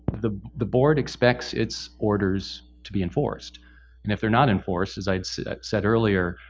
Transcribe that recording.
the the board expects its orders to be enforced. and if they're not enforced, as i said earlier,